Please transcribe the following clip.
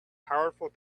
powerful